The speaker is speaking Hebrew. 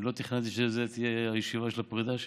אני לא תכננתי שזאת תהיה ישיבת הפרידה שלי,